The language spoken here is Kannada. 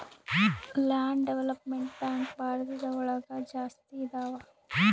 ಲ್ಯಾಂಡ್ ಡೆವಲಪ್ಮೆಂಟ್ ಬ್ಯಾಂಕ್ ಭಾರತ ಒಳಗ ಜಾಸ್ತಿ ಇದಾವ